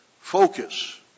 focus